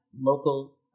local